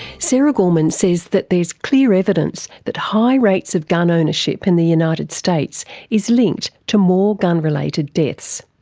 sara gorman says that there's clear evidence that high rates of gun ownership in the united states is linked to more gun related deaths,